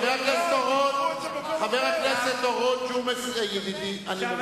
חבר הכנסת אורון, ג'ומס ידידי, אני מבקש.